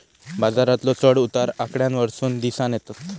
बाजारातलो चढ उतार आकड्यांवरसून दिसानं येतत